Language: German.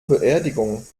beerdigung